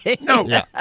No